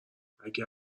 اگه